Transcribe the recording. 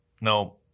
No